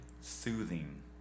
Soothing